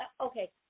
okay